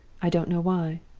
i don't know why.